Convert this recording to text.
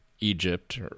Egypt